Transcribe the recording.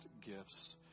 gifts